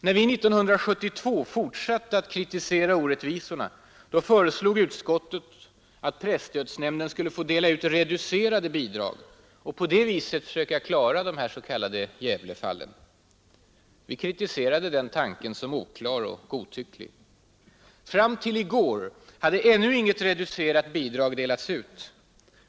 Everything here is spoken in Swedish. När vi 1972 fortsatte att kritisera orättvisorna föreslog utskottet att presstödsnämnden skulle få dela ut ”reducerade bidrag” och på det viset klara de s.k. Gävlefallen. Vi kritiserade den tanken som oklar och godtycklig. Fram till i går hade ännu inget reducerat bidrag delats ut.